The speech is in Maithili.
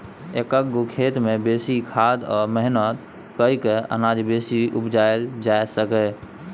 एक्क गो खेत मे बेसी खाद आ मेहनत कए कय अनाज बेसी उपजाएल जा सकैए